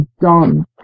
done